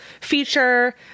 feature